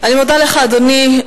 אני מודה לך, אדוני.